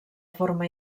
forma